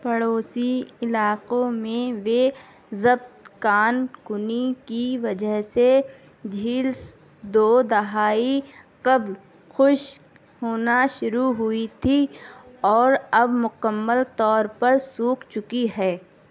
پڑوسی علاقوں میں وہ ضبط کان کنی کی وجہ سے جھیلس دو دہائی قبل خشک ہونا شروع ہوئی تھی اور اب مکمل طور پر سوکھ چکی ہے